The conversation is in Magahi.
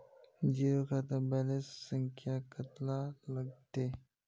जीरो खाता बैलेंस संख्या कतला लगते?